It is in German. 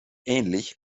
ähnlich